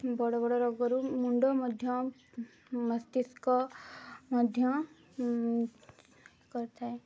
ବଡ଼ ବଡ଼ ରୋଗରୁ ମୁଣ୍ଡ ମଧ୍ୟ ମସ୍ତିଷ୍କ ମଧ୍ୟ କରିଥାଏ